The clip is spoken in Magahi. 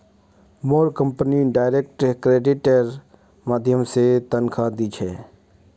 मोर कंपनी डायरेक्ट क्रेडिटेर माध्यम स तनख़ा दी छेक